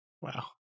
wow